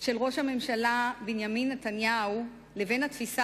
של ראש הממשלה בנימין נתניהו לבין התפיסה